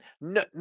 no